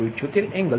0478 angle 220